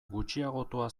gutxiagotua